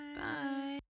Bye